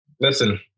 Listen